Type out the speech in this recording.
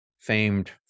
famed